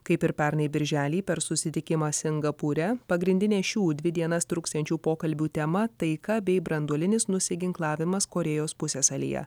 kaip ir pernai birželį per susitikimą singapūre pagrindinė šių dvi dienas truksiančių pokalbių tema taika bei branduolinis nusiginklavimas korėjos pusiasalyje